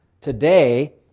today